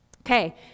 Okay